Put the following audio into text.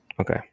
Okay